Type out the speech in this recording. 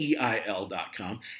EIL.com